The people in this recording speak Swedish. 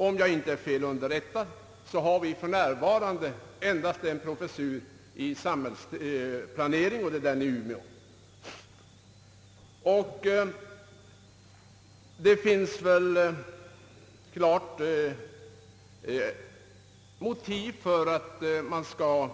Om jag inte är fel underrättad har vi för närvarande endast en professur i samhällsplanering, nämligen i Umeå. Det finns all anledning att